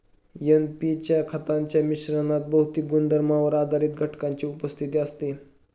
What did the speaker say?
NP च्या खतांच्या मिश्रणात भौतिक गुणधर्मांवर आधारित घटकांची उपस्थिती असते